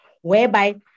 whereby